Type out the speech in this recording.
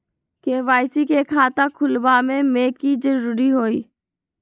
KYC के खाता खुलवा में की जरूरी होई?